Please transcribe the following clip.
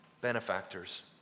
benefactors